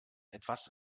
etwas